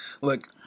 look